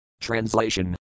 Translation